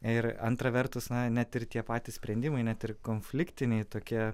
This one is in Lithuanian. ir antra vertus na net ir tie patys sprendimai net ir konfliktiniai tokie